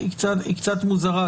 קצת מוזרה.